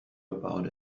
about